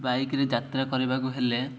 ବାଇକ୍ରେ ଯାତ୍ରା କରିବାକୁ ହେଲେ